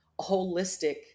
holistic